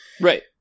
Right